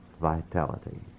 vitality